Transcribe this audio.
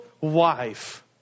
wife